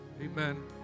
Amen